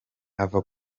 ava